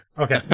Okay